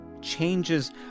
changes